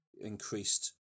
increased